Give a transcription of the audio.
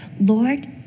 Lord